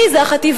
אני זה החטיבה.